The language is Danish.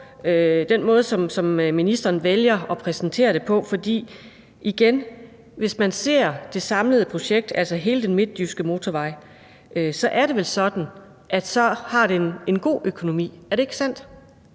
den måde, som ministeren vælger at præsentere det på. For igen vil jeg sige, at hvis man ser på det samlede projekt, altså hele den midtjyske motorvej, så er det vel sådan, at man kan se, at det har en god økonomi. Er det ikke sandt?